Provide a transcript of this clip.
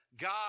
God